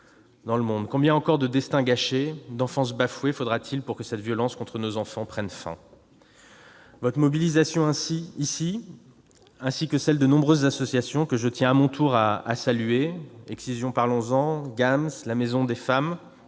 dans le monde. Combien encore de destins gâchés, d'enfances bafouées faudra-t-il pour que cette violence contre nos enfants prenne fin ? Je salue votre mobilisation ici, ainsi que celle de nombreuses associations- Excision, parlons-en !, GAMS, la maison des femmes,